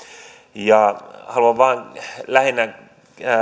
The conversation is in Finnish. haluan lähinnä vain